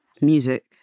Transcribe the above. Music